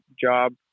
job